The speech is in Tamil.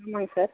ஆமாங்க சார்